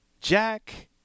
Jack